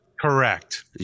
Correct